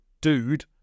dude